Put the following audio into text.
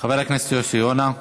חבר הכנסת יוסי יונה,